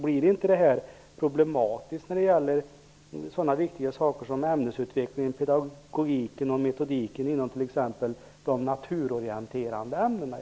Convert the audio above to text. Blir inte detta problematiskt när det gäller sådana viktiga saker som ämnesutveckling, pedagogik och metodik inom t.ex de naturorienterande ämnena?